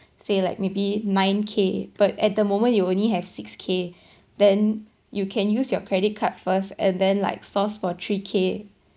say like maybe nine k but at the moment you only have six k then you can use your credit card first and then like source for three k